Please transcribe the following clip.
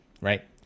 right